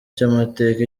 cy’amateka